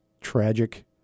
tragic